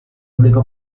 único